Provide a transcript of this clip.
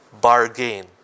bargain